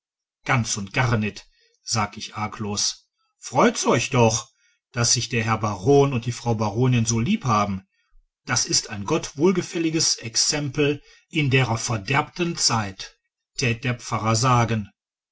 ganz und gar net sag ich arglos freut's euch doch daß sich der herr baron und die frau baronin so lieb haben das ist ein gott wohlgefälliges exempel in dera verderbten zeit tät der pfarrer sagen